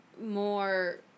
more